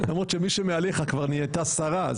למרות שמישהי מעליך כבר נהייתה שרה,